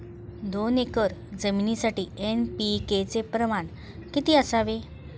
दोन एकर जमीनीसाठी एन.पी.के चे प्रमाण किती असावे?